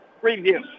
review